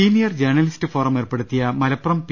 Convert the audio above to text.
senior journalist forum ഏർപ്പെടുത്തിയ Malappuram P